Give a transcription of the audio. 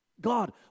God